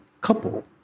couple